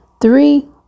Three